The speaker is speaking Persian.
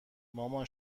مامان